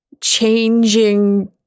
changing